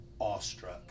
awestruck